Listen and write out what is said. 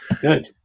Good